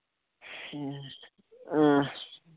اۭں